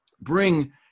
bring